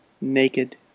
naked